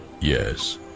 Yes